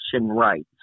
rights